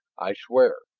i swear.